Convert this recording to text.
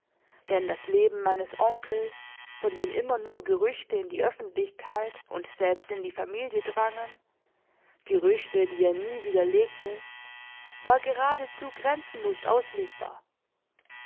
denn das leben meines onkels von dem immer nur gerüchte in die öffentlichkeit und selbst in die familie drangen gerüchte die er nie widerlegte war geradezu grenzenlos auslegbar